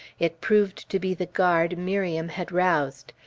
it proved to be the guard miriam had roused.